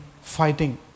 fighting